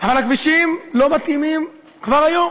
אבל הכבישים לא מתאימים כבר היום.